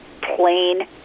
plain